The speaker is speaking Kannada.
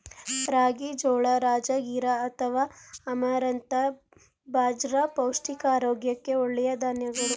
ರಾಗಿ, ಜೋಳ, ರಾಜಗಿರಾ ಅಥವಾ ಅಮರಂಥ ಬಾಜ್ರ ಪೌಷ್ಟಿಕ ಆರೋಗ್ಯಕ್ಕೆ ಒಳ್ಳೆಯ ಧಾನ್ಯಗಳು